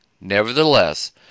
Nevertheless